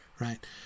right